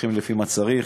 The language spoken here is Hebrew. הולכים לפי מה שצריך.